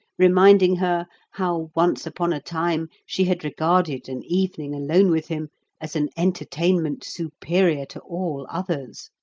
reminding her how once upon a time she had regarded an evening alone with him as an entertainment superior to all others.